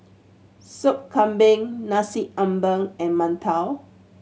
Sop Kambing Nasi Ambeng and mantou